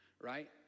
right